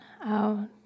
out